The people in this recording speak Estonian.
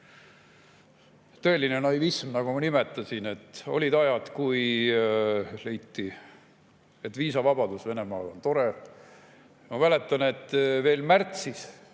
Tõeline naivism, nagu ma nimetasin. Olid ajad, kui leiti, et viisavabadus Venemaaga on tore. Ma mäletan, et veel märtsis